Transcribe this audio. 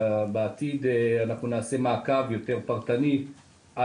בעתיד אנחנו נעשה מעקב יותר פרטני על